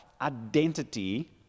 identity